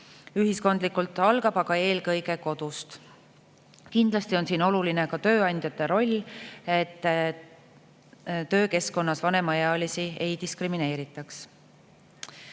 ühiskondlikult algab aga eelkõige kodust. Kindlasti on siin oluline ka tööandjate roll, et töökeskkonnas vanemaealisi ei diskrimineeritaks.